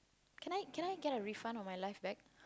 can I can I get a refund on my life back